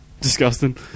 disgusting